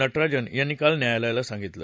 न रोज यांनी काल न्यायालयाला सांगितलं